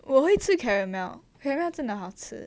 我会吃 caramel caramel 真的好吃